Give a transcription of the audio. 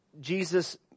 Jesus